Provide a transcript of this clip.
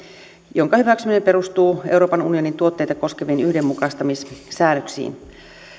jonka hyväksyminen perustuu euroopan unionin tuotteita koskeviin yhdenmukaistamissäädöksiin